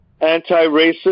anti-racist